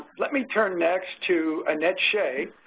let me turn next to annette shae,